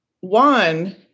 one